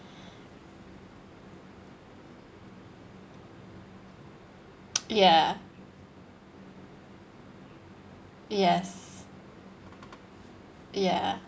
ya yes ya